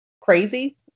crazy